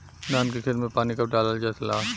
धान के खेत मे पानी कब डालल जा ला?